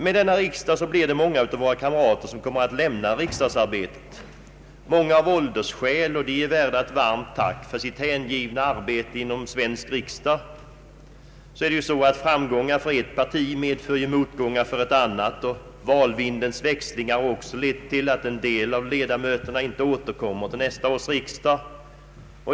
Med denna riksdag blir det många av våra kamrater som kommer att lämna riksdagsarbetet, många av dem av åldersskäl, och de är värda ett varmt tack för sitt hängivna arbete inom svensk riksdag. Framgångar för ett parti medför ju motgångar för ett annat, och valvindens växlingar har också lett till att en del av ledamöterna inte återkommer till nästa års riksdag.